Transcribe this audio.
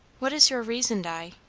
what is your reason, di?